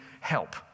help